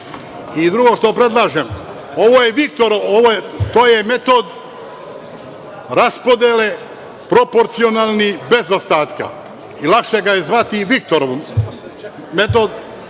računa. Drugo što predlažem, ovo je Viktorov, to je metod raspodele proporcionalni, bez ostatka i lakše ga je zvati Viktorov metod